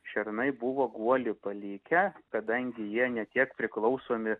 šernai buvo guolį palikę kadangi jie ne tiek priklausomi